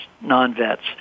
non-vets